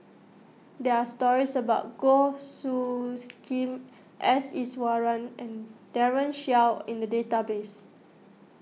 there are stories about Goh Soos Khim S Iswaran and Daren Shiau in the database